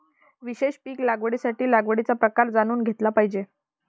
विशेष पीक लागवडीसाठी लागवडीचा प्रकार जाणून घेतला पाहिजे